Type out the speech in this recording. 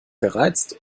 gereizt